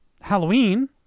Halloween